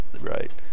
right